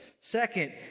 Second